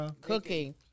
Cooking